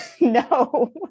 no